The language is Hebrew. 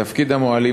תפקיד המוהלים,